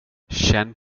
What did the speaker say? känn